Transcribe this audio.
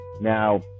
Now